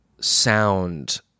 sound